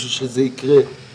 בשביל שזה ייקרה,